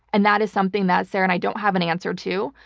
and that is something that sarah and i don't have an answer to,